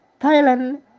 Thailand